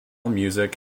music